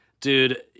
dude